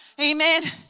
Amen